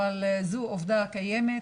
אבל זו עובדה קיימת,